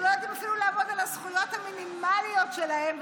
שלא יודעים אפילו לעמוד על הזכויות המינימליות שלהם,